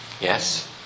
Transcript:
Yes